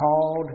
called